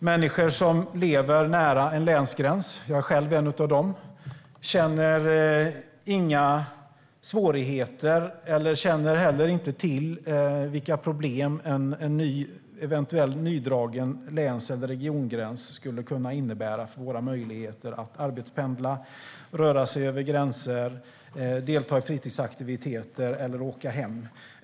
Människor som lever nära en länsgräns - jag är själv en av dem - känner inga svårigheter och känner heller inte till vilka problem en eventuellt nydragen läns eller regiongräns skulle kunna innebära för deras möjligheter att arbetspendla, röra sig över gränser, delta i fritidsaktiviteter eller åka hem.